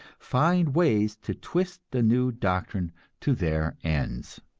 find ways to twist the new doctrine to their ends.